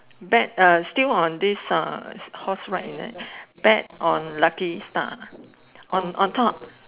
bet uh still on this uh horse ride is it bet on lucky star on on top